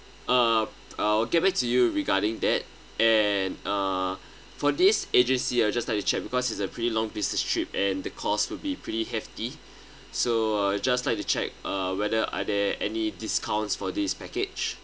uh I'll get back to you regarding that and uh for this agency I'll just like to check because it's a pretty long business trip and the cost would be pretty hefty so I just like to check uh whether are there any discounts for this package